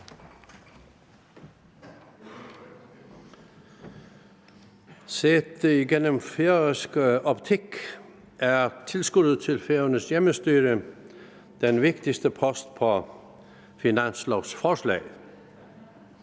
Set gennem en færøsk optik er tilskuddet til Færøernes hjemmestyre den vigtigste post på finanslovforslaget.